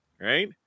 right